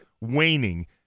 waning